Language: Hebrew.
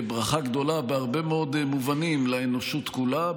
ברכה גדולה בהרבה מאוד מובנים לאנושות כולה,